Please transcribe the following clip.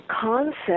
concept